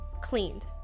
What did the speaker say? cleaned